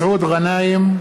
מסעוד גנאים,